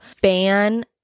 ban